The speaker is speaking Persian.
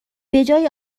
بجای